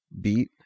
beat